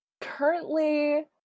currently